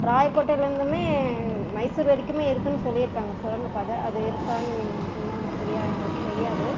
ராயக்கோட்டைலிருந்துமே மைசூர் வரைக்குமே இருக்குதுன்னு சொல்லியிருக்காங்க சுரங்க பாதை அது இருக்கான்னு இன்னும் சரியாக எங்களுக்கு தெரியாது